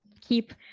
keep